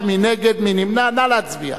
להצביע.